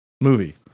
movie